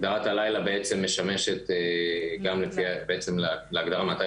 הגדרת הלילה בעצם משמשת גם להגדרה מתי